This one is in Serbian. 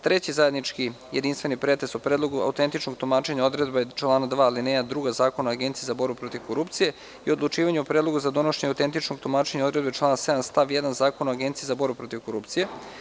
Treći zajednički načelni i jedinstveni pretres o: Predlogu autentičnog tumačenja odredbe člana 2. alineja druga Zakona o Agenciji za borbu protiv korupcije i Odlučivanje o predlogu za donošenje autentičnog tumačenja odredbe člana 7. stav 1. Zakona o Agenciji za borbu protiv korupcije.